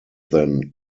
than